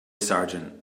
sergeant